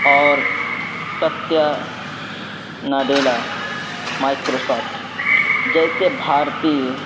اور Satya Nadella Microsoft جیسے بھارتی